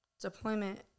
deployment